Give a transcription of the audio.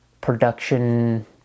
production